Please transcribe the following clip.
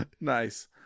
Nice